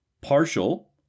Partial